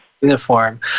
uniform